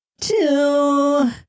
Two